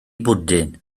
bwdin